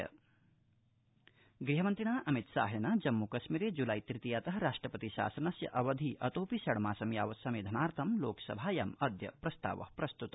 लोकसभा अमितशाह जम्मूकश्मीर गृहमन्त्रिणा अमितशाहेन जम्मू कश्मीरे जुलाई तृतीया त राष्ट्रपति शासनस्य अवधि अतोऽपि षण्मासं यावत् समेधनाथं लोकसभायाम् अद्य प्रस्ताव प्रस्तुत